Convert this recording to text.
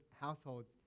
households